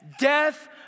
Death